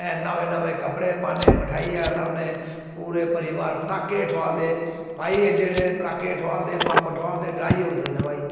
हे नमें नमें कपड़े पान्ने मठाई लान्ने पूरे परिवार पटाके ठुआलदे भाई एड्डे एड्डे पटाके ठुआलदे बम्ब ठुआलदे डराई ओड़दे न भाई